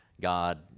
God